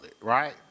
right